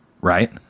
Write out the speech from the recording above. right